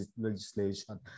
legislation